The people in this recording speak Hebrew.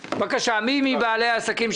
לגבי מעבר של התוכנית להפעלה אנחנו מקבלים מודיעין,